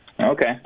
Okay